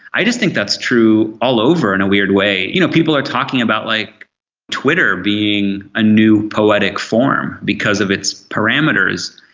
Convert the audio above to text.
i just think that's true all over, in and a weird way. you know people are talking about like twitter being a new poetic form because of its parameters,